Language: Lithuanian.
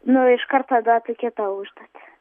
nu iškart tada apie kitą užduotį